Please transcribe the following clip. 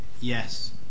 Yes